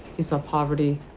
he saw poverty,